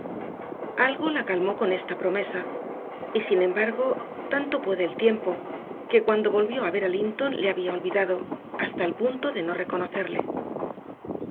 la calmó con esta promesa y sin embargo tanto puede el tiempo que cuando volvió a ver a linton le había olvidado hasta el punto de no reconocerle